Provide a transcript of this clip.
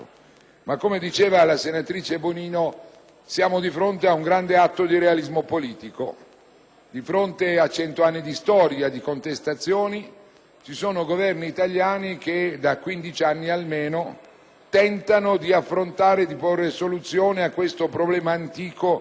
Come diceva la senatrice Bonino, siamo di fronte a un grande atto di realismo politico; di fronte a cento anni di storia, di contestazioni, i Governi italiani da 15 anni almeno tentano di affrontare e di portare a soluzione questo problema antico,